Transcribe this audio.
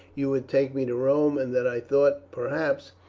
you would take me to rome, and that i thought, perhaps,